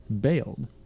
bailed